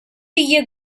you